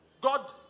God